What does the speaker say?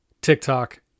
TikTok